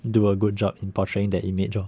do a good job in portraying that image lor